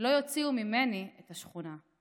/ לא יוציאו ממני את השכונה.